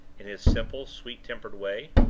in his simple, sweet-tempered way.